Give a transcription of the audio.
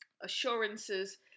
assurances